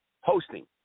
Hosting